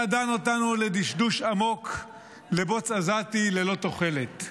אתה דן אותנו לדשדוש עמוק בבוץ עזתי ללא תוחלת,